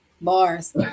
Bars